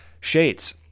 shades